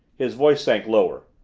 his voice sank lower.